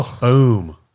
boom